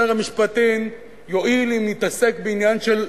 שר המשפטים יועיל אם יתעסק בעניין של,